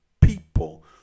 people